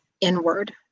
inward